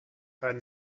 heard